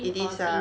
it is ah